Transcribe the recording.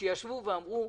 שישבו ואמרו: